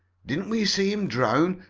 didn't we see him drown,